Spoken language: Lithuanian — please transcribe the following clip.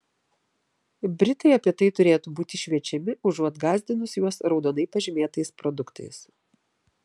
britai apie tai turėtų būti šviečiami užuot gąsdinus juos raudonai pažymėtais produktais